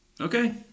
Okay